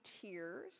tears